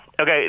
Okay